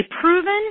proven